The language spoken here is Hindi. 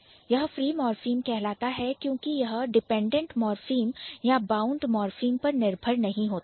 यह फ्री मॉर्फीम कहलाता है क्योंकि यह Dependent Morpheme डिपेंडेंट मॉर्फीम या Bound Morpheme बाउंड मॉर्फीम पर निर्भर नही होता है